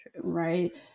Right